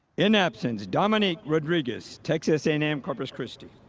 in absence, dominique rodriguez, texas a and m corpus christi.